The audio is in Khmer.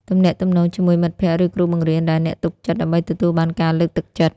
ទំនាក់ទំនងជាមួយមិត្តភក្តិ ឬគ្រូបង្រៀនដែលអ្នកទុកចិត្ត ដើម្បីទទួលបានការលើកទឹកចិត្ត។